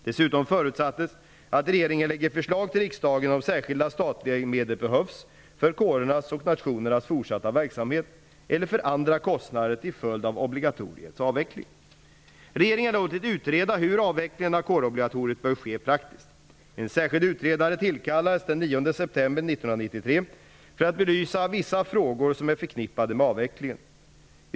Dessutom förutsattes att regeringen lägger fram förslag till riksdagen om särskilda statliga medel behövs för kårernas och nationernas fortsatta verksamhet eller för andra kostnader till följd av obligatoriets avveckling. Regeringen har låtit utreda hur avvecklingen av kårobligatoriet bör ske praktiskt. En särskild utredare tillkallades den 9 september 1993 för att belysa vissa frågor som är förknippade med avvecklingen.